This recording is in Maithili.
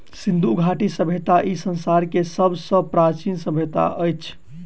सिंधु घाटी सभय्ता ई संसार के सब सॅ प्राचीन सभय्ता अछि